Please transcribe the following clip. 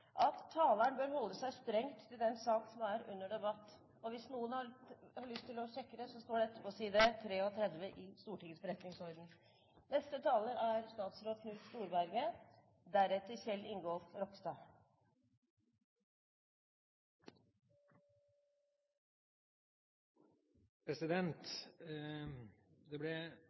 at «taleren bør holde seg strengt til den sak som er under debatt». Hvis noen har lyst til å sjekke dette, står det på side 33 i Stortingets forretningsorden. Under siste debattrunde når det gjelder Datatilsynets årsmelding, ble